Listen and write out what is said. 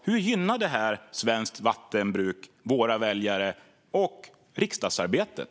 Hur gynnar det svenskt vattenbruk, våra väljare och riksdagsarbetet?